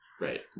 right